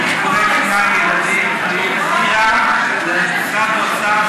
אני מציע לשר האוצר,